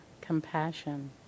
compassion